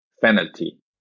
penalty